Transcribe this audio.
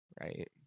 Right